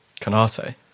Canate